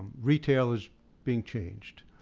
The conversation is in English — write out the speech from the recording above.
retail has been changed.